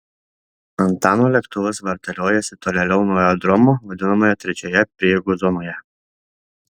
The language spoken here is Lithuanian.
antano lėktuvas vartaliojosi tolėliau nuo aerodromo vadinamoje trečioje prieigų zonoje